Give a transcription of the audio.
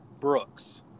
Brooks